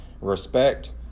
respect